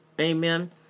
Amen